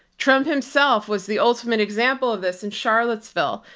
trump himself was the ultimate example of this in charlottesville,